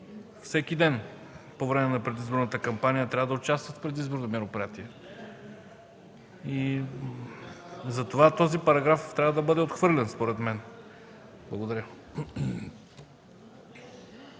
всеки ден по време на предизборната кампания и да участват в предизборните мероприятията. Затова този параграф трябва да бъде отхвърлен според мен. Благодаря.